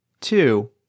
two